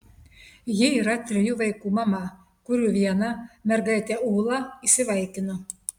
ji yra trijų vaikų mama kurių vieną mergaitę ūlą įsivaikino